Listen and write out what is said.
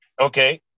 Okay